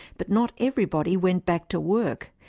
but not everybody went back to work.